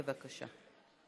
בבקשה.